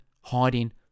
hiding